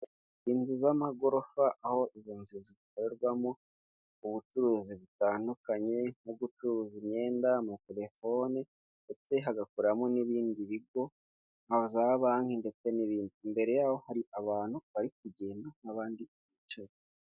Inzu z'amagorofa, aho izo nzu zikorerwamo ubucuruzi butandukanye, nko gucuruza imyenda, amatelefone, ndetse hagakoramo n'ibindi bigo, nka za banki, ndetse n'ibindi. Imbere yaho hari abantu bari kugenda, n'abandi bicaye.